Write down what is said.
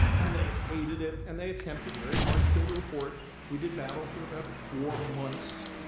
and they hated it. and they attempted very hard to kill the report. we did battle for about four months.